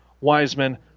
Wiseman